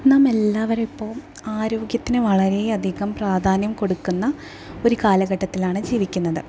നാമെല്ലാവരിപ്പോൾ ആരോഗ്യത്തിന് വളരേ അധികം പ്രാധാന്യം കൊടുക്കുന്ന ഒരു കാലഘട്ടത്തിലാണ് ജീവിക്കുന്നത്